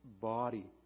body